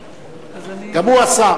גם הוא השר.